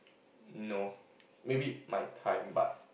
no maybe my time but